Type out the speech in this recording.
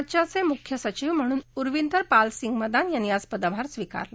राज्याचे मुख्य सचिव म्हणून उरविंदर पाल सिंग मदान यांनी आज पदभार स्वीकारला